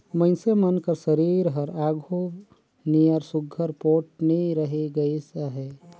मइनसे मन कर सरीर हर आघु नियर सुग्घर पोठ नी रहि गइस अहे